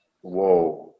whoa